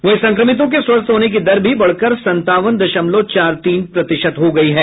वहीं संक्रमितों के स्वस्थ होने की दर भी बढ़कर संतावन दशमलव चार तीन प्रतिशत हो गई है